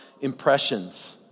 Impressions